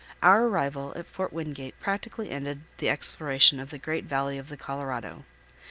our arrival at fort wingate practically ended the exploration of the great valley of the colorado.